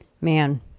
Man